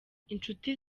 inshuti